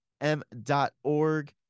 m.org